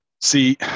See